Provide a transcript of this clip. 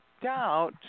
doubt